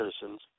citizens